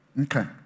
okay